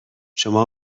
شما